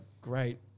great